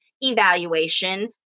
evaluation